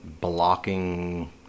blocking